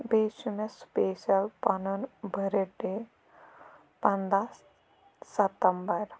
بیٚیہِ چھُ مےٚ سُپیشَل پَنُن بٔرتھ ڈے پنٛداہ سَتَمبَر